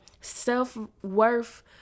self-worth